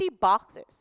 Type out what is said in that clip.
boxes